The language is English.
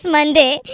Monday